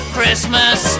Christmas